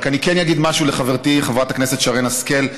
רק אני כן אגיד משהו לחברתי חברת הכנסת שרן השכל: